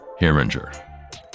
Herringer